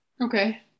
okay